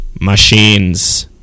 machines